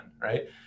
right